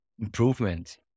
Improvement